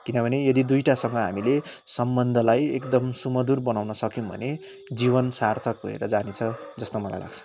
किनभने यदि दुईवटासँग हामीले सम्बन्धलाई एकदम सुमधुर बनाउन सक्यौँ भने जीवन सार्थक भएर जानेछ जस्तो मलाई लाग्छ